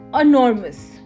enormous